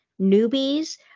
newbies